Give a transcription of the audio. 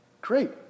great